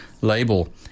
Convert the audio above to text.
label